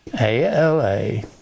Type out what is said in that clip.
A-L-A